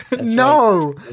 No